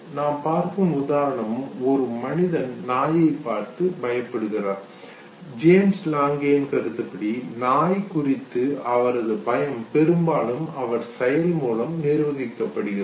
நாம் பார்க்கும் உதாரணமும் ஒரு மனிதன் நாயை பார்த்து பயப்படுகிறார் ஜேம்ஸ் லாங்கே கருத்துப்படி நாய் குறித்த அவரது பயம் பெரும்பாலும் அவர் செயல் மூலம் நிர்வகிக்கப்படுகிறது